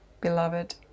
beloved